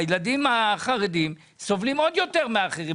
הילדים החרדים סובלים עוד יותר מאחרים,